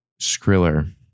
Skriller